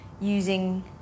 using